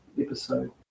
episode